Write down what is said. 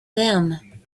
them